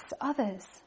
others